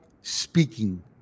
speaking